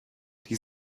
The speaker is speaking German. die